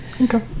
Okay